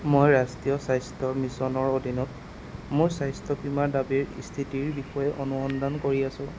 মই ৰাষ্ট্ৰীয় স্বাস্থ্য মিছনৰ অধীনত মোৰ স্বাস্থ্য বীমা দাবীৰ স্থিতিৰ বিষয়ে অনুসন্ধান কৰি আছোঁ